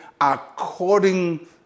according